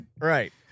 Right